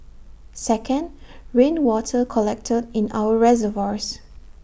second rainwater collected in our reservoirs